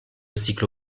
cyclo